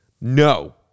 No